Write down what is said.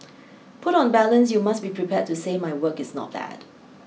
put on balance you must be prepared to say my work is not bad